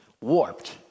warped